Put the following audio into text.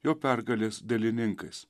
jo pergalės dalininkais